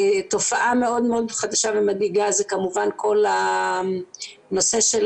תופעה מאוד חדשה ומדאיגה זה כמובן כל הנושא של